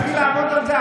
להתחיל לעבוד על זה,